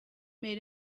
made